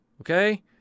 okay